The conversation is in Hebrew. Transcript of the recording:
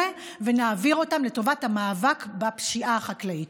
ונעביר אותם לטובת המאבק בפשיעה החקלאית.